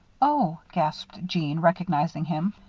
oh, gasped jeanne, recognizing him.